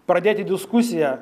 pradėti diskusiją